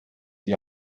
die